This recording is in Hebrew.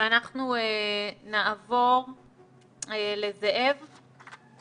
ואנחנו נעבור לד"ר